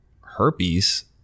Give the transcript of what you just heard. herpes